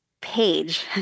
page